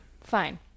Fine